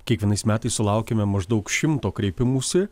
kiekvienais metais sulaukiame maždaug šimto kreipimųsi